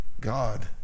God